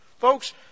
Folks